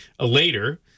later